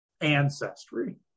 ancestry